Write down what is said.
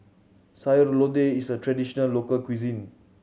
Sayur Lodeh is a traditional local cuisine